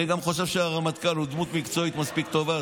אני גם חושב שהרמטכ"ל הוא דמות מקצועית מספיק טובה,